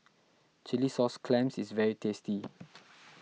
Chilli Sauce Clams is very tasty